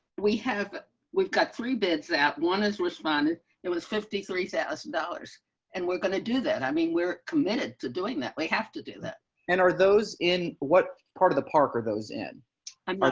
we have we've got three bids that one has responded. it was fifty three thousand dollars and we're going to do that. i mean, we're committed to doing that, we have to do that. carl wilson and are those in what part of the park or those in um like